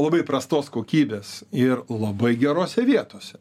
labai prastos kokybės ir labai gerose vietose